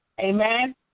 Amen